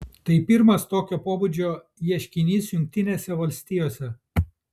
tai pirmas tokio pobūdžio ieškinys jungtinėse valstijose